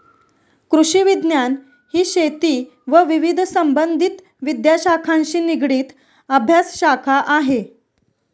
कृषिविज्ञान ही शेती व विविध संबंधित विद्याशाखांशी निगडित अभ्यासशाखा आहे